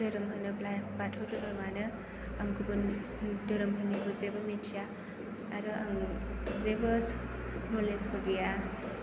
धोरोम होनोब्ला बाथौ धोरोमआनो आं गुबुन धोरोमफोरनिखौ जेबो मिथिया आरो आं जेबो न'लेज बो गैया